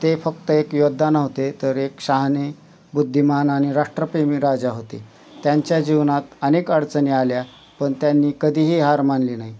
ते फक्त एक योद्धा नव्हते तर एक शहाणे बुद्धिमान आणि राष्ट्रप्रेमी राजा होते त्यांच्या जीवनात अनेक अडचणी आल्या पण त्यांनी कधीही हार मानली नाही